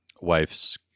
wife's